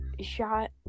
shot